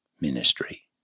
ministry